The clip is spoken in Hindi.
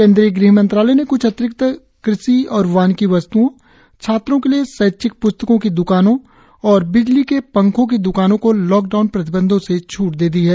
केंद्रीय गृहमंत्रालय ने क्छ अतिरिक्त कृषि और वानिकी वस्त्ओं छात्रों के लिए शैक्षिक प्स्तकों की द्कानों और बिजली के पंखो की द्कानों को लॉकडाउन प्रतिबंधों से छूट दे दी है